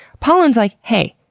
pollen's like, hey,